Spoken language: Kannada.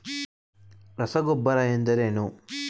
ರಸಗೊಬ್ಬರ ಎಂದರೇನು?